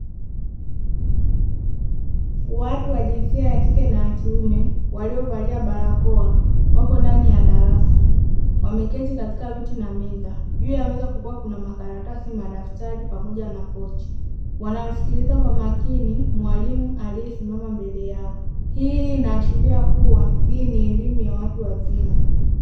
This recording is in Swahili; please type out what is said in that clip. Watu wa jinsia ya kike na ya kiume waliovalia barakoa wapo ndani ya darasa, wameketi katika viti na meza. Juu ya meza kukiwa kuna: makaratasi, madaftari pamoja na pochi; wanamsikiliza kwa makini mwalimu aliyesimama mbele yao. Hii inaashiria kuwa hii ni elimu ya watu wazima.